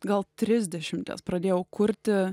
gal trisdešimties pradėjau kurti